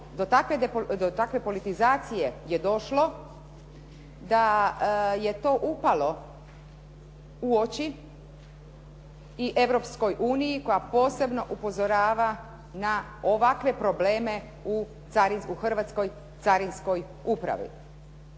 do takve politizacije je došlo da je to upalo u oči i Europskoj uniji koja posebno upozorava na ovakve probleme u Hrvatskoj carinskoj upravi.